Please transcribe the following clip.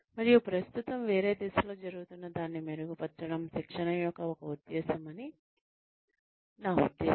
మరియు ప్రస్తుతం వేరే దిశలో జరుగుతున్న దాన్ని మెరుగుపరచడం శిక్షణ యొక్క ఒక ఉద్దేశ్యం అని నా ఉద్దేశ్యం